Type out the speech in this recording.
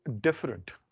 different